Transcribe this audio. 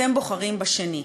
אתם בוחרים בשני?